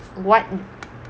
what